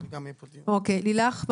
תודה רבה לילך.